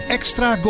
Extra